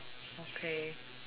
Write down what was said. okay